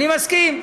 אני מסכים.